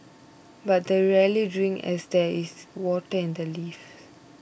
but they rarely drink as there is water in the leaves